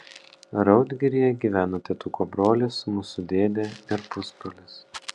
raudgiryje gyvena tėtuko brolis mūsų dėdė ir pusbrolis